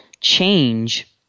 change